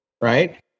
right